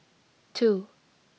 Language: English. two